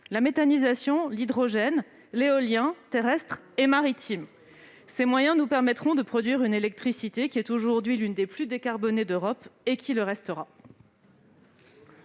la méthanisation, l'hydrogène, l'éolien terrestre et maritime. Ces moyens nous permettront de produire une électricité qui restera, comme elle l'est aujourd'hui, l'une des plus décarbonées d'Europe. La parole est